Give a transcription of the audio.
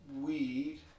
weed